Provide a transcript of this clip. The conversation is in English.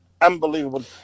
unbelievable